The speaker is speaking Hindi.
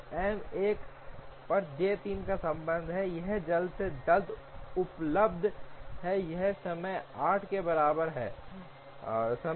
अब यहाँ यह जल्द से जल्द उपलब्ध कराया गया है क्योंकि यह इस मशीन के जाने के बाद है इसलिए rj 6 होगा और जहाँ तक M 1 पर J 3 का संबंध है यह जल्द से जल्द उपलब्ध है